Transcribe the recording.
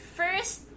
first